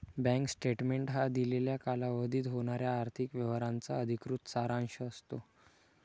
bank statement हा दिलेल्या कालावधीत होणाऱ्या आर्थिक व्यवहारांचा अधिकृत सारांश असतो